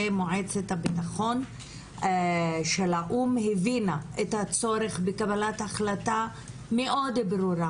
שמועצת הביטחון של האו"ם הבינה את הצורך בקבלת החלטה מאוד ברורה